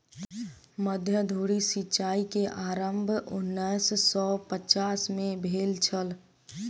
मध्य धुरी सिचाई के आरम्भ उन्नैस सौ पचास में भेल छल